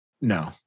No